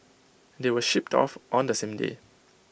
they were shipped off on the same day